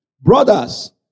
Brothers